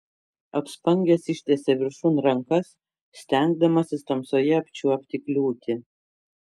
apspangęs ištiesė viršun rankas stengdamasis tamsoje apčiuopti kliūtį